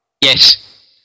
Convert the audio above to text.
Yes